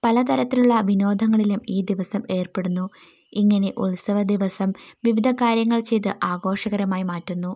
പലതരത്തിലുള്ള വിനോദങ്ങളിലും ഈ ദിവസം ഏർപ്പെടുന്നു ഇങ്ങനെ ഉത്സവ ദിവസം വിവിധ കാര്യങ്ങൾ ചെയ്ത് ആഘോഷകരമായി മാറ്റുന്നു